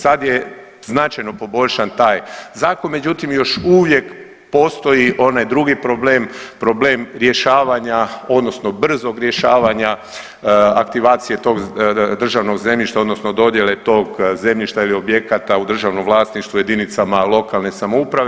Sad je značajno poboljšan taj zakon, međutim još uvijek postoji onaj drugi problem, problem rješavanja odnosno brzog rješavanja aktivacije tog državnog zemljišta odnosno dodjele tog zemljišta ili objekata u državnom vlasništvu jedinicama lokalne samouprave.